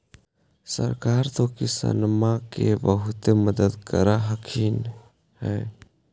सरकार तो किसानमा के बहुते मदद कर रहल्खिन ह?